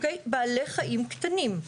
בעלי חיים קטנים,